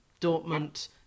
Dortmund